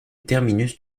terminus